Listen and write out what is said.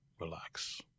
relax